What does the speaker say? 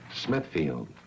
Smithfield